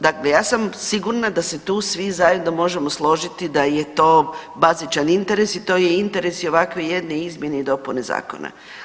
Dakle, ja sam sigurna da se tu svi zajedno možemo složiti da je to bazičan interes i to je interes i ovakve jedne izmjene i dopune zakona.